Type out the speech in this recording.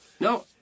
No